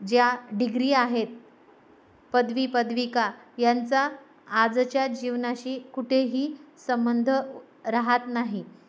ज्या डिग्री आहेत पदवी पदविका यांचा आजच्या जीवनाशी कुठेही संबंध राहत नाही